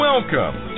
Welcome